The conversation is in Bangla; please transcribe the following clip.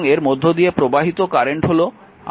এবং এর মধ্য দিয়ে প্রবাহিত কারেন্ট হল i2